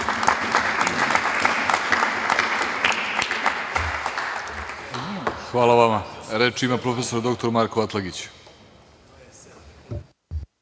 Hvala vama. Reč ima prof. dr Marko Atlagić.